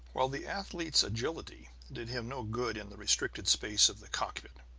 while the athlete's agility did him no good in the restricted space of the cockpit.